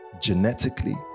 Genetically